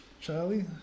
Charlie